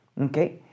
Okay